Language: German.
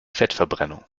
fettverbrennung